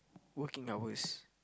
working hours